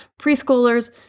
preschoolers